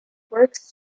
works